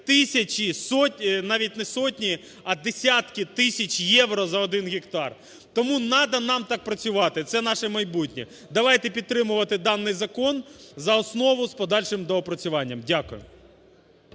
сотні… навіть не сотні, а десятки тисяч євро за один гектар. Тому нада нам так працювати, це наше майбутнє. Давайте підтримувати даний закон за основу з подальшим доопрацюванням. Дякую.